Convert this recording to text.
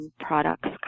products